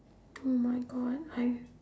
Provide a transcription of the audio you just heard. oh my god I